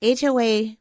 HOA